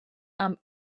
amb